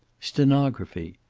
stenography.